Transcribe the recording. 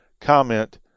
comment